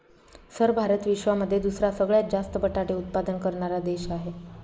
sir Bharat विश्वामध्ये दुसरा सगळ्यात जास्त बटाटे उत्पादन करणारा देश आहे